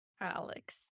Alex